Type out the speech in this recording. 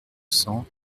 cents